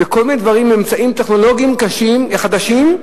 בכל מיני אמצעים טכנולוגיים חדשים,